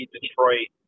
Detroit